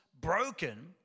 broken